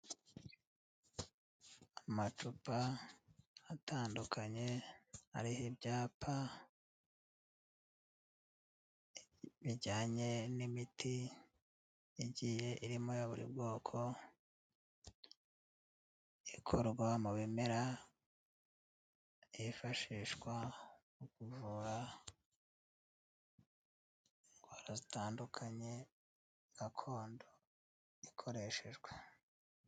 Amacupa atandukanye ariho ibyapa bijyanye n'imiti igiye irimo ya buri bwoko, ikorwa mu bimera yifashishwa mu kuvura indwara zitandukanye gakondo ikoreshejwe.